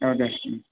औ दे